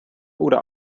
oder